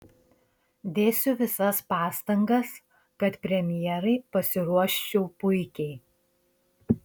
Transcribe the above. dėsiu visas pastangas kad premjerai pasiruoščiau puikiai